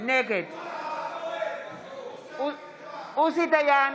נגד עוזי דיין,